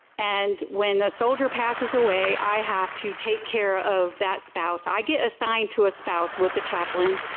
and, when soldier passes away i have to take care of that spouse. i get assigned to a spouse with chaplain.